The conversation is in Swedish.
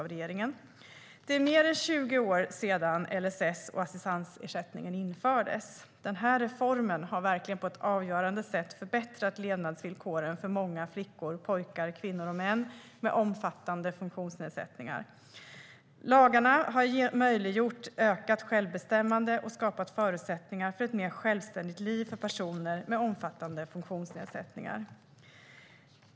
Det är mer än 20 år sedan LSS och assistansersättning infördes. Denna reform har på avgörande sätt förbättrat levnadsvillkoren för många flickor, pojkar, kvinnor och män med omfattande funktionsnedsättningar. Lagarna har möjliggjort ökat självbestämmande och skapat förutsättningar för ett mer självständigt liv för personer med omfattande funktionsnedsättningar.